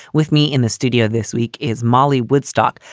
with me in the studio this week is molly woodstock,